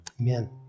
amen